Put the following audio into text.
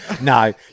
No